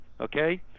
okay